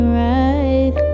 right